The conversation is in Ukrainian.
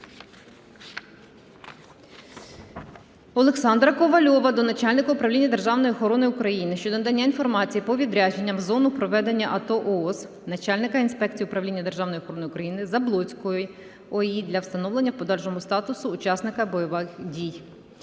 Олександра Ковальова до начальника Управління державної охорони України щодо надання інформації по відрядженням в зону проведення АТО/ООС начальника Інспекції Управління державної охорони України Заблоцької О.І. для встановлення в подальшому статусу учасника бойових дій.